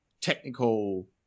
technical